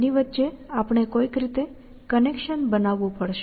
તેની વચ્ચે આપણે કોઈક રીતે કનેક્શન બનાવવું પડશે